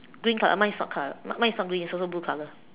green color uh mine is not color mine mine is not green it's also blue color